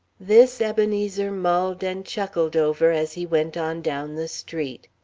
this ebenezer mulled and chuckled over as he went on down the street.